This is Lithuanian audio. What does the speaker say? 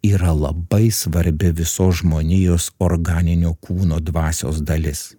yra labai svarbi visos žmonijos organinio kūno dvasios dalis